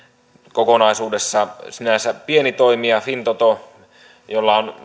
kokonaisuudessa sinänsä pienen toimijan fintoton jolla on